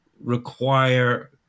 require